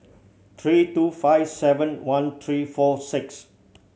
three two five seven one three four six